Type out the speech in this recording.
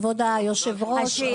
כבוד היושב ראש,